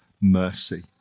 mercy